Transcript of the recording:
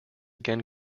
again